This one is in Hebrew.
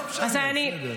שם זה היה בחינם.